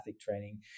training